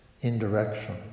indirection